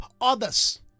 others